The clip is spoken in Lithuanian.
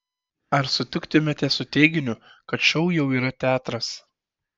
ar sutiktumėte su teiginiu kad šou jau yra teatras